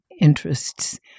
interests